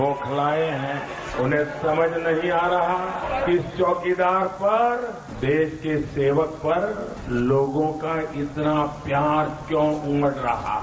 बौखलाये हैं उन्हे समझ नहीं आ रहा है कि इस चौकीदार पर देश के सेवक पर लोगों का इतना प्यार क्यों उमड़ रहा है